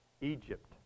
Egypt